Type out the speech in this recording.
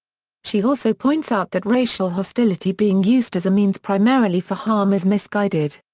she also points out that racial hostility being used as a means primarily for harm is misguided.